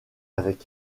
avec